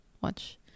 watch